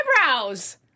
eyebrows